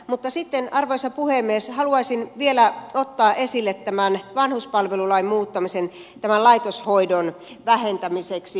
mutta sitten arvoisa puhemies haluaisin vielä ottaa esille tämän vanhuspalvelulain muuttamisen laitoshoidon vähentämiseksi